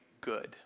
good